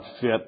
fit